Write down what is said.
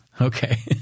Okay